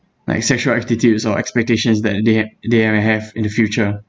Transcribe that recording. like sexual attitudes or expectations that they had they ha~ have in the future